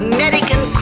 American